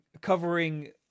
covering